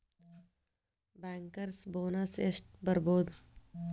Bankers bonus ಎಷ್ಟ್ ಬರ್ಬಹುದು?